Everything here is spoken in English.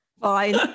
Fine